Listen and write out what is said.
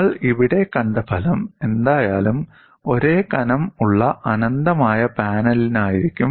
നിങ്ങൾ ഇവിടെ കണ്ട ഫലം എന്തായാലും ഒരേ കനം ഉള്ള അനന്തമായ പാനലിനായിരിക്കും